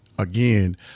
again